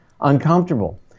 uncomfortable